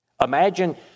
Imagine